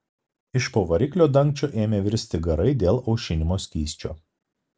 iš po variklio dangčio ėmė virsti garai dėl aušinimo skysčio